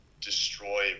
destroy